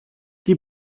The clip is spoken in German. die